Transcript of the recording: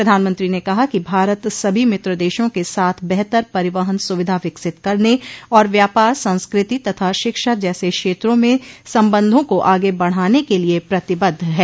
प्रधानमंत्री ने कहा कि भारत सभी मित्र देशों के साथ बेहतर परिवहन सुविधा विकसित करने और व्यापार संस्कृति तथा शिक्षा जैसे क्षेत्रों में संबंधों को आगे बढ़ाने के लिए प्रतिबद्ध है